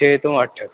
ਛੇ ਤੋਂ ਅੱਠ